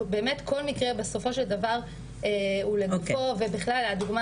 כל מקרה בסופו של דבר הוא לגופו ובכלל הדוגמה